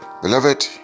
Beloved